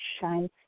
shines